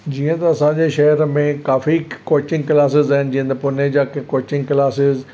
जीअं त असांजे शहर में काफ़ी कोचिंग कलासिस आहिनि जीअं त पुनेजा कोचिंग कलासिस